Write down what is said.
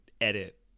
edit